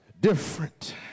different